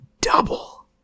double